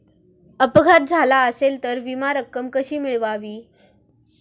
अपघात झाला असेल तर विमा रक्कम कशी मिळवावी?